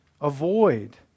avoid